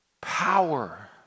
Power